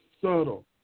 Subtle